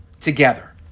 together